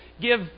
give